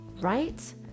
right